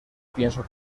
pienso